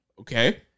Okay